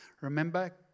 Remember